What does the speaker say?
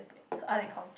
art and culture